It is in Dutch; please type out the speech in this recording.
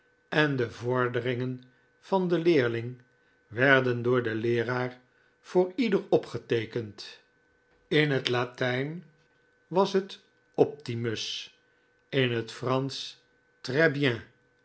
en de vorderingen van den leerling werden door den leeraar voor ieder opgeteekend in het grieksch was hij xpitrrcg in het